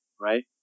right